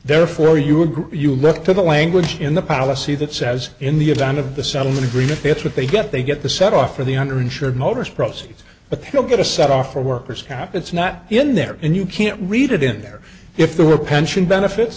therefore you would you look to the language in the policy that says in the event of the settlement agreement that's what they get they get the set off for the under insured motors proceeds but you'll get a set off a worker's cap it's not in there and you can't read it in there if there were pension benefits